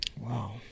Wow